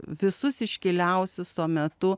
visus iškiliausius tuo metu